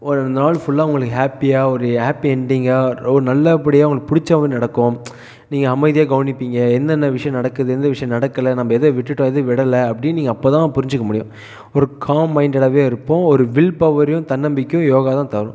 ஒரு நாள் ஃபுல்லாக உங்களுக்கு ஹாப்பியாக ஒரு ஹாப்பி எண்டிங்காக ஒரு நல்லபடியாக உங்களுக்கு பிடிச்ச ஒன்று நடக்கும் நீங்கள் அமைதியாக கவனிப்பிங்க என்னென்ன விஷயம் நடக்குது எந்த விஷயம் நடக்கலை நம்ம எதை விட்டுட்டோம் எதை விடலை அப்படின்னு நீங்கள் அப்போ தான் புரிஞ்சுக்க முடியும் ஒரு காம் மைண்டாடக இருப்போம் ஒரு வில்பவரையும் தன்னம்பிக்கையும் யோகா தான் தரும்